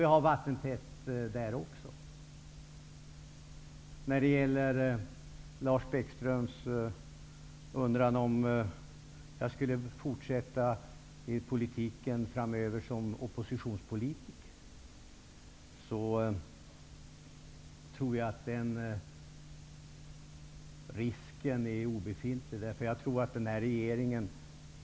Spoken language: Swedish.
Vi har vattentätt där också. Lars Bäckström undrade om jag skulle fortsätta i politiken som oppositionspolitiker framöver. Den risken tror jag är obefintlig.